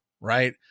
right